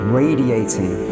radiating